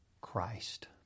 Christ